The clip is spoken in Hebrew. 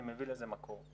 אני מביא לזה מקור?